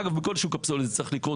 אגב, בכל שוק הפסולת זה צריך לקרות.